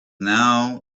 now